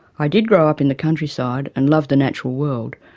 i did grow up in the countryside and loved the natural world,